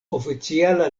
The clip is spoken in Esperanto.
oficiala